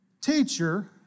Teacher